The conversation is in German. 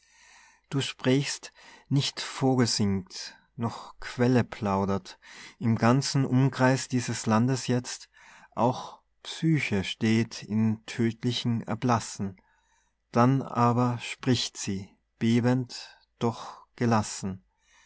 du sprächst nicht vogel singt noch quelle plaudert im ganzen umkreis dieses landes jetzt auch psyche steht in tödtlichem erblassen dann aber spricht sie bebend doch gelassen